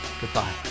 Goodbye